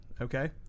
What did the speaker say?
Okay